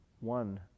One